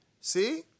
See